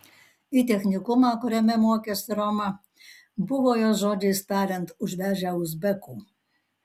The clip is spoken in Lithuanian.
į technikumą kuriame mokėsi roma buvo jos žodžiais tariant užvežę uzbekų